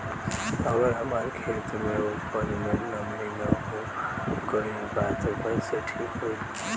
अगर हमार खेत में उपज में नमी न हो गइल बा त कइसे ठीक हो पाई?